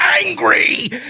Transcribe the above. angry